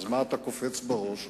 אז מה אתה קופץ בראש עכשיו?